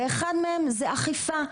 ואחד מהם זה אכיפה.